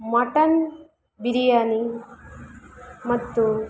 mutton biryani ಮತ್ತು